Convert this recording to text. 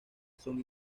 son